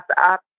up